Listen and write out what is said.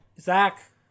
zach